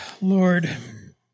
Lord